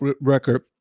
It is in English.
record